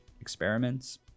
experiments